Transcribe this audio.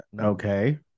Okay